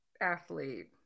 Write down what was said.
athlete